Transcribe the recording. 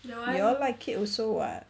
you all like it also [what]